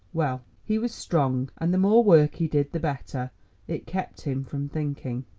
well, he was strong and the more work he did the better it kept him from thinking.